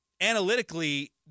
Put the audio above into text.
analytically